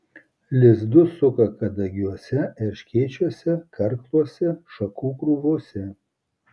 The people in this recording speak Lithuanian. lizdus suka kadagiuose erškėčiuose karkluose šakų krūvose